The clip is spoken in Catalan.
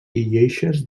lleixes